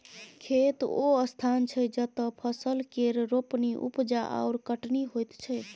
खेत ओ स्थान छै जतय फसल केर रोपणी, उपजा आओर कटनी होइत छै